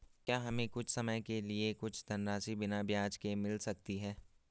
क्या हमें कुछ समय के लिए कुछ धनराशि बिना ब्याज के मिल सकती है?